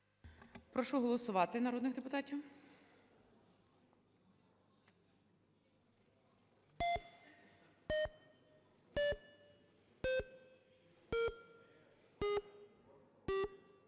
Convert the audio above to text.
Прошу голосувати народних депутатів.